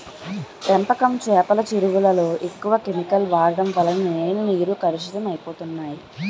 పెంపకం చేపల చెరువులలో ఎక్కువ కెమికల్ వాడడం వలన నేల నీరు కలుషితం అయిపోతన్నాయి